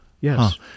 yes